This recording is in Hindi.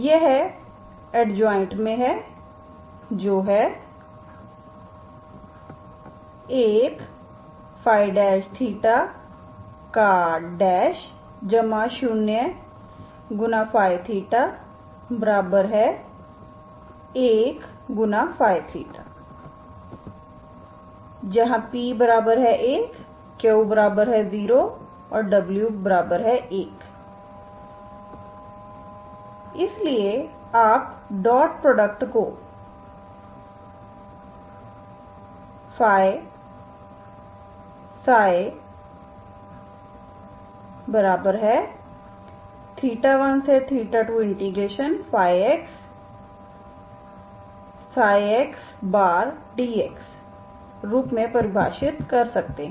यह स्व रूप में है जो है 1ϴ0ϴ1ϴ जहां p1 q0 और w1 है इसलिए आप डॉट प्रोडक्ट को ΦѰ ∶ 12ΦѰdx रूप में परिभाषित कर सकते हैं